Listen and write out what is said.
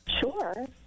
Sure